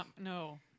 No